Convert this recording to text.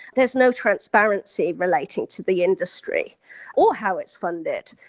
there's no transparency relating to the industry or how it's funded.